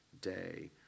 day